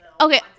Okay